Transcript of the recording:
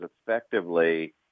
effectively